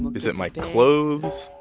but is it my clothes?